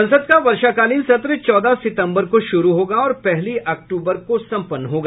संसद का वर्षाकालीन सत्र चौदह सितंबर को शुरू होगा और पहली अक्तूबर को संपन्न होगा